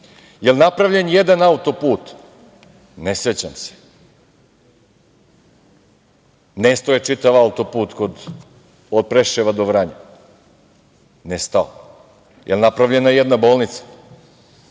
li je napravljen jedan auto-put? Ne sećam se. Nestao je čitav auto-put od Preševa do Vranja, nestao. Da li je napravljena jedna bolnica?